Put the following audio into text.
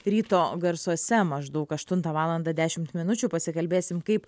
ryto garsuose maždaug aštuntą valandą dešimt minučių pasikalbėsim kaip